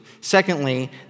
Secondly